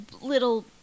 little